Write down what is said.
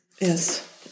yes